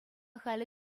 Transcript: халӗ